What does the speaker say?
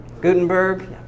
Gutenberg